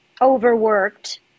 overworked